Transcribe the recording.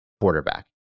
quarterback